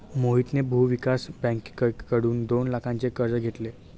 मोहितने भूविकास बँकेकडून दोन लाखांचे कर्ज घेतले